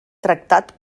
tractat